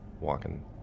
walking